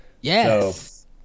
Yes